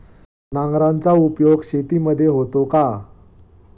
नांगराचा उपयोग शेतीमध्ये होतो का?